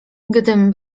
gdym